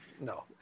No